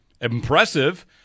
impressive